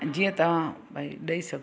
जीअं तव्हां भाई ॾेई सघो